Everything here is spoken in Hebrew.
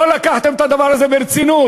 לא לקחתם את הדבר הזה ברצינות.